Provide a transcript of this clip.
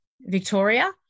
Victoria